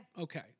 okay